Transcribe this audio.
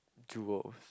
jewels